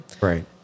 Right